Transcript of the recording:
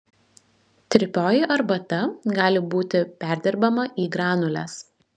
tirpioji arbata gali būti perdirbama į granules